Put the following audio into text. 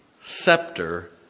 scepter